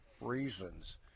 reasons